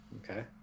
Okay